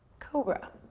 cobra.